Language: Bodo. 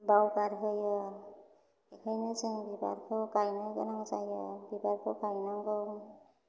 बावगारहोयो बेखायनो जों बिबारखौ गायनो गोनां जायो बिबारखौ गायनांगौ